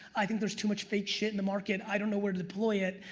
i think there's too much fake shit in the market, i don't know where to deploy it,